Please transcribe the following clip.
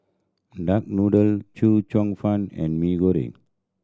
duck noodle Chee Cheong Fun and Mee Goreng